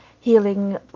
healing